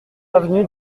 avenue